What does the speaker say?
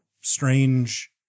strange